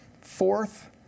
Fourth